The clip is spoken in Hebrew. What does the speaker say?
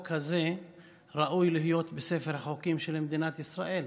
הזה ראוי להיות בספר החוקים של מדינת ישראל,